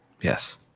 Yes